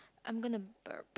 I'm gonna burp